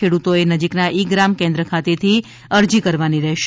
ખેડ્રતોએ નજીકના ઇ ગ્રામ કેન્દ્ર ખાતેથી અરજી કરવાની રહેશે